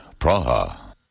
Praha